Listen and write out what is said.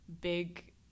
big